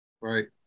Right